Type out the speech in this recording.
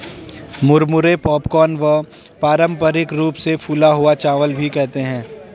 मुरमुरे पॉपकॉर्न व पारम्परिक रूप से फूला हुआ चावल भी कहते है